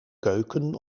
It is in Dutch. keuken